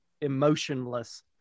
emotionless